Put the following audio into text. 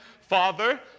Father